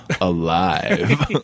alive